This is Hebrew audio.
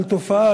תודה רבה.